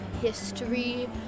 history